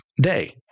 day